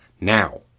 now